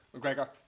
McGregor